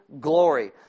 glory